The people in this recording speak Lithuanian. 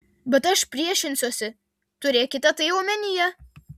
bet aš priešinsiuosi turėkite tai omenyje